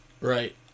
Right